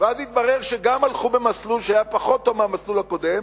ואז התברר שגם הלכו במסלול שהיה פחות טוב מהמסלול הקודם,